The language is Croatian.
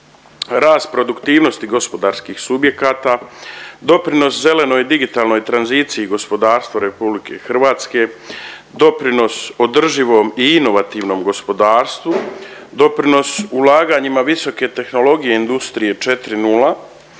Rast produktivnosti gospodarskih subjekata, doprinos zelenoj digitalnoj tranziciji gospodarstva RH, doprinos održivom i inovativnom gospodarstvu, doprinos ulaganjima visoke tehnologije i industrije 4.0,